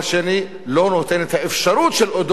הוא לא נותן את האפשרות שאותו אדם,